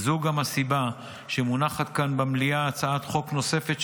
וזו גם הסיבה שמונחת כאן במליאה הצעת חוק נוספת,